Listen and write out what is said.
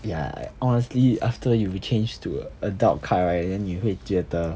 ya honestly after you change to adult card right then 你会觉得